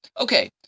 Okay